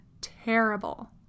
terrible